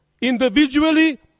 individually